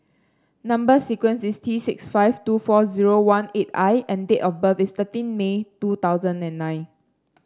number sequence is T six five two four zero one eight I and date of birth is thirteen May two thousand and nine